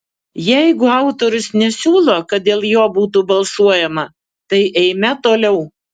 jeigu autorius nesiūlo kad dėl jo būtų balsuojama tai eime toliau